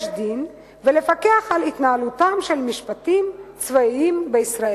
דין" ולפקח על התנהלותם של משפטים צבאיים בישראל.